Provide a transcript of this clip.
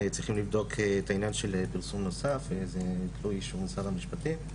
צריכים לבדוק את העניין של פרסום נוסף זה תלוי משרד המשפטים.